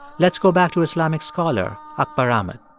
let's go back to islamic scholar akbar ahmed